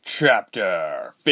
CHAPTER